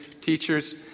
teachers